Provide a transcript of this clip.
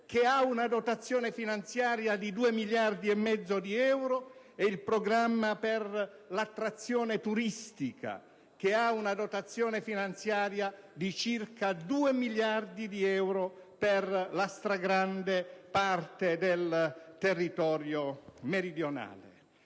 che ha una dotazione finanziaria di 2,5 miliardi di euro e il programma per l'attrazione turistica, che ha una dotazione finanziaria di circa 2 miliardi di euro per la stragrande parte del territorio meridionale.